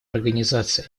организации